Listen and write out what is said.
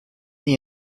the